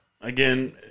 Again